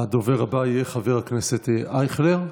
הדובר הבא יהיה חבר הכנסת אייכלר.